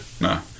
no